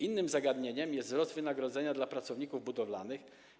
Innym zagadnieniem jest wzrost wynagrodzenia dla pracowników budowlanych.